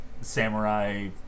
samurai